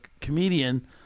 comedian